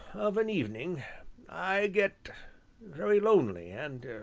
of an evening i get very lonely and